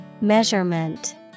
Measurement